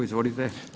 Izvolite.